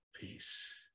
peace